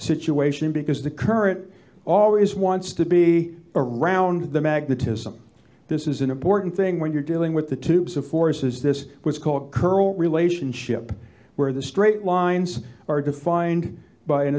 situation because the current always wants to be around the magnetism this is an important thing when you're dealing with the tubes of forces this was called current relationship where the straight lines are defined by an